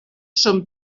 són